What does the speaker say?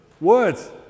words